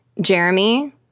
Jeremy